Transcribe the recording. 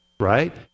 right